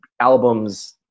albums